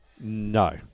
No